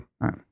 right